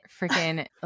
freaking